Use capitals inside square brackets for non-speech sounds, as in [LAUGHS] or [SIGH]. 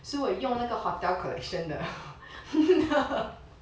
so 我用那个 hotel collection 的 [LAUGHS]